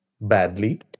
badly